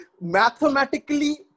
mathematically